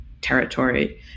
territory